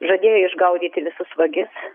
žadėjo išgaudyti visus vagis